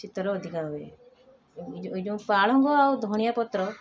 ଶୀତରେ ଅଧିକ ହୁଏ ଏ ଯେଉଁ ପାଳଙ୍ଗ ଆଉ ଧନିଆ ପତ୍ର